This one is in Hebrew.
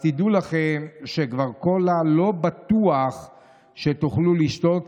אז תדעו לכם שקולה כבר לא בטוח שתוכלו לשתות,